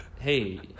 Hey